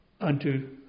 unto